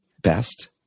best